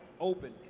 open